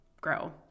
grow